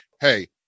Hey